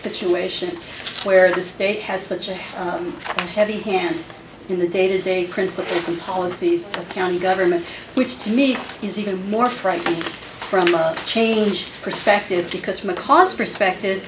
situation where the state has such a heavy hand in the day to day principles and policies county government which to me is even more frightening from a change perspective because from a cost perspective